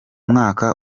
mwaka